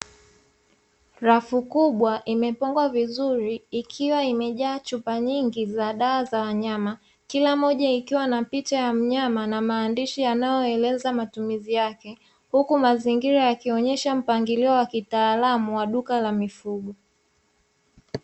Rafu kubwa imepangwa vizuri ikiwa imejaa chupa nyingi za dawa za wanyama, kila mmoja ikiwa na picha ya mnyama na maandishi yanayoeleza matumizi yake huku mazingira yakionyesha mpangilio wa kitaalamu wa duka la mifugo.